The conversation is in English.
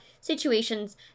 situations